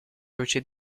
croce